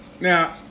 now